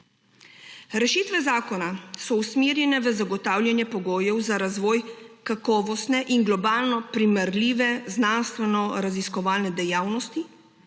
Rešitve zakona so usmerjene v zagotavljanje pogojev za razvoj kakovostno in globalno primerljive znanstvenoraziskovalne dejavnosti,